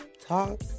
Talk